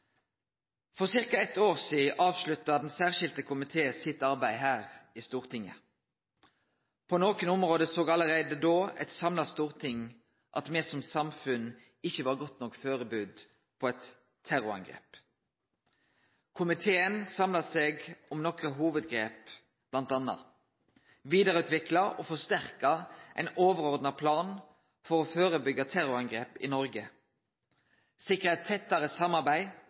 For ca. eit år sidan avslutta den særskilde komiteen arbeidet sitt her i Stortinget. På nokre område såg allereie da eit samla storting at me som samfunn ikkje var godt nok førebudde på eit terrorangrep. Komiteen samla seg om nokre hovudgrep, bl.a.: å vidareutvikle og forsterke ein overordna plan for å førebyggje terrorangrep i Noreg, sikre eit tettare samarbeid